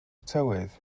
tywydd